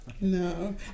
No